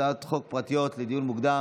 הצעות חוק פרטיות לדיון מוקדם